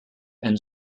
and